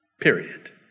period